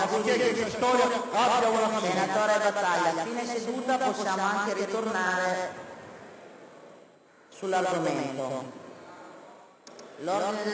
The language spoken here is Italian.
Senatore Battaglia, a fine seduta potrà tornare sull'argomento.